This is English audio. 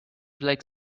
like